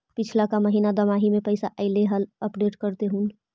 पिछला का महिना दमाहि में पैसा ऐले हाल अपडेट कर देहुन?